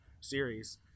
series